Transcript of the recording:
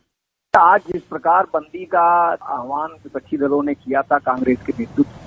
bite आज इस प्रकार बंदी का आहवान विपक्षी दलों ने किया था कांग्रेस के नेतृत्व में